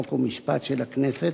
חוק ומשפט של הכנסת